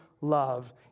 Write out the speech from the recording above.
love